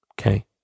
Okay